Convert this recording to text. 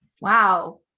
wow